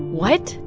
what?